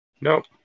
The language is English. Nope